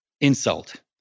insult